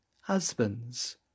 husbands